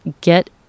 get